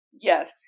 yes